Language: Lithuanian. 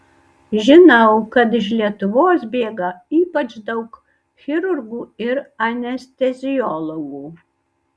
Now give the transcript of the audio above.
žinau kad iš lietuvos bėga ypač daug chirurgų ir anesteziologų